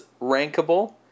rankable